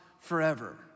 forever